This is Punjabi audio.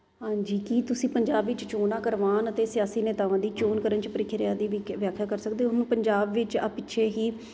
ਹਾਂਜੀ ਕੀ ਤੁਸੀਂ ਪੰਜਾਬ ਵਿੱਚ ਚੋਣਾਂ ਕਰਵਾਉਣ ਅਤੇ ਸਿਆਸੀ ਨੇਤਾਵਾਂ ਦੀ ਚੋਣ ਕਰਨ 'ਚ ਪ੍ਰਕਿਰਿਆ ਦੀ ਵੀਕ ਵਿਆਖਿਆ ਕਰ ਸਕਦੇ ਹੋ ਪੰਜਾਬ ਵਿੱਚ ਆ ਪਿੱਛੇ ਹੀ